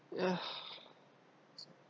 ya